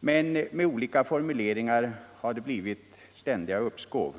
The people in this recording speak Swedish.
men med olika formuleringar har det blivit ständiga uppskov.